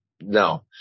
no